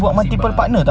bersembang